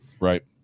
Right